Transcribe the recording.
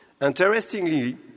Interestingly